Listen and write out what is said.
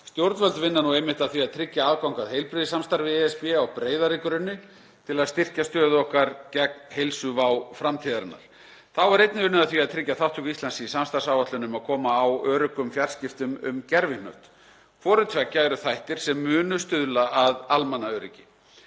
Stjórnvöld vinna nú einmitt að því að tryggja aðgang að heilbrigðissamstarfi ESB á breiðari grunni til að styrkja stöðu okkar gegn heilsuvá framtíðarinnar. Þá er einnig unnið að því að tryggja þátttöku Íslands í samstarfsáætlun um að koma á öruggum fjarskiptum um gervihnött. Hvoru tveggja eru þættir sem munu stuðla að almannaöryggi.